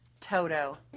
Toto